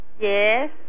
Yes